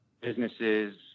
businesses